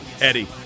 Eddie